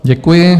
Děkuji.